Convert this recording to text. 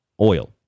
oil